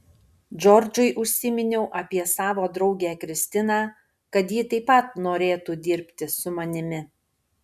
džordžui užsiminiau apie savo draugę kristiną kad ji taip pat norėtų dirbti su manimi